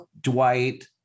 Dwight